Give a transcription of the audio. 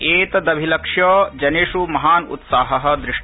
एतदभिलक्ष्य जनेष् महान् उत्साह दृष्ट